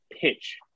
pitch